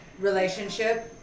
relationship